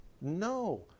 No